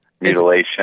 mutilation